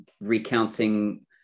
recounting